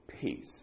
peace